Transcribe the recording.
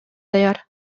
даяр